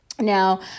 Now